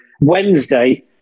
Wednesday